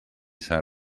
san